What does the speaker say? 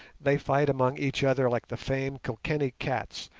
they fight among each other like the famed kilkenny cats,